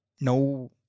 No